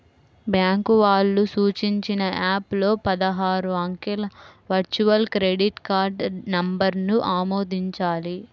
bank వాళ్ళు సూచించిన app లో పదహారు అంకెల వర్చువల్ క్రెడిట్ కార్డ్ నంబర్ను ఆమోదించాలి